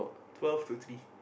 twelve to three